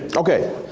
okay,